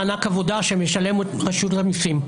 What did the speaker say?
מענק עבודה שמשלם -- -רשות המיסים.